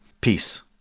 Peace